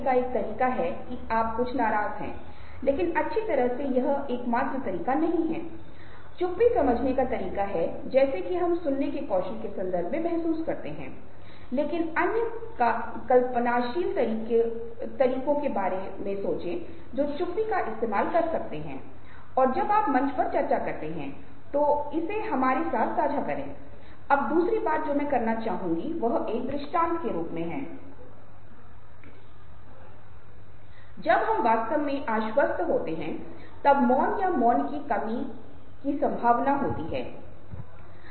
तो चलिए हम कुछ बुनियादी अवधारणाओं पर चलते हैं जिनपे हम तब बात करेंगे जब हम छल की धारणा को उठाएंगे क्योंकि यह एक दिलचस्प क्षेत्र है जहाँ आप में से अधिकांश लोग दिलचस्पी लेंगे क्योंकि आप जानना चाहेंगे की व्यक्ति के दिमाग में क्या चल रहा है जो हमें बातचीत के दौरान या नौकरी के लिए साक्षात्कार करने के दौरान मुस्कुराते हुए दिखता है